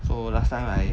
so last time I